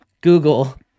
Google